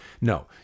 No